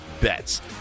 bets